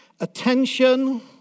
Attention